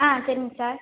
ஆ சரிங்க சார்